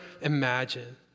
imagine